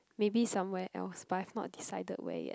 maybe somewhere else but I've not decided where yet